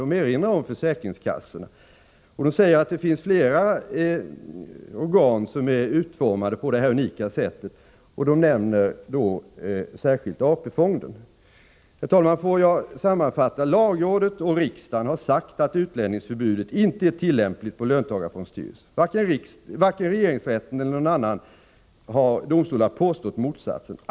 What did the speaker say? Den erinrar om försäkringskassorna och säger att det finns flera organ som är utformade på detta unika sätt och nämner särskilt AP-fonden. Herr talman! Får jag sammanfatta: Lagrådet och riksdagen har sagt att utlänningsförbudet inte är tillämpligt på löntagarfondsstyrelserna. Varken regeringsrätten eller någon annan domstol har påstått motsatsen.